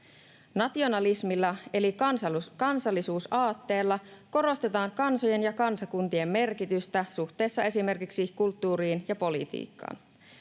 Nationalismilla eli kansallisuusaatteella korostetaan kansojen ja kansakuntien merkitystä suhteessa esimerkiksi kulttuuriin ja politiikkaan.